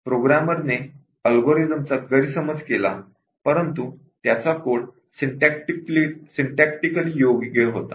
प्रोग्रामरने अल्गोरिदमचा गैरसमज केला परंतु त्याचा कोड सिंटॅक्टिकली योग्य होता